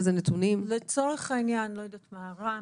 רמפה,